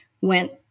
went